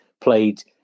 played